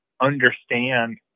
understand